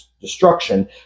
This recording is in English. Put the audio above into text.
destruction